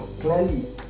clearly